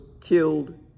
killed